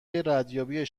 ردیابی